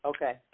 Okay